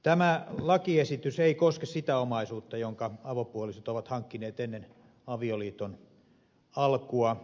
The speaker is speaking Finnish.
tämä lakiesitys ei koske sitä omaisuutta jonka avopuolisot ovat hankkineet ennen avoliiton alkua